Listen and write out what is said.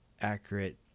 accurate